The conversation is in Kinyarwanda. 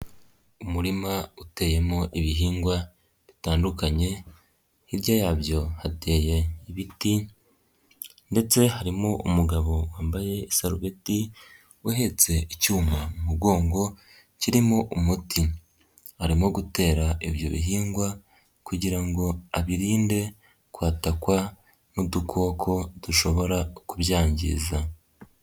Umurima uteyemo ibihingwa bitandukanye, hirya yabyo hateye ibiti ndetse harimo umugabo wambaye isarubeti, uhetse icyuma mu mugongo kirimo umuti. Arimo gutera ibyo bihingwa kugira ngobirinde kwatakwa n'udukoko dushobora kubyangiza.